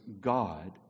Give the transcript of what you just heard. God